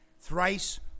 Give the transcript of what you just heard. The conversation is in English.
thrice